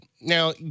now